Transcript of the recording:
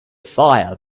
fire